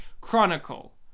chronicle